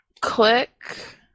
click